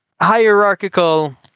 hierarchical